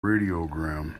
radiogram